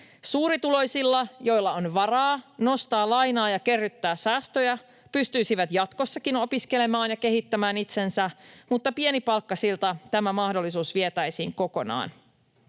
Suurituloiset, joilla on varaa nostaa lainaa ja kerryttää säästöjä, pystyisivät jatkossakin opiskelemaan ja kehittämään itseään, mutta pienipalkkaisilta tämä mahdollisuus vietäisiin kokonaan.